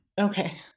Okay